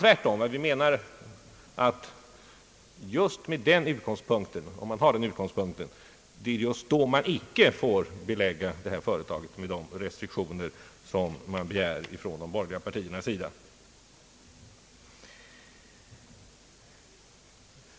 Tvärtom menar vi att just från den utgångspunkten får man icke belägga företaget med de restriktioner som man begär från de borgerliga partiernas sida.